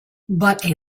but